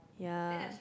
ya